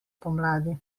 pomladi